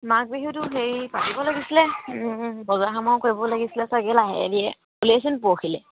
মাঘ বিহুটো হেৰি পাতিব লাগিছিলে বজাৰ সমাৰো কৰিব লাগিছিলে